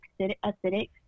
acidic